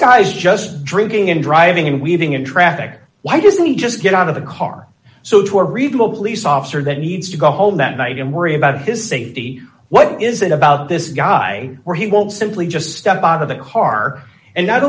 guy's just drinking and driving and weaving in traffic why doesn't he just get out of the car so to a reasonable police officer that needs to go home that night and worry about his safety what is it about this guy where he won't simply just step out of the car and not